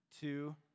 two